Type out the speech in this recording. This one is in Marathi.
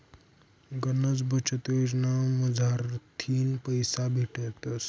गनच बचत योजना मझारथीन पैसा भेटतस